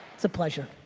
it's a pleasure.